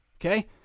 okay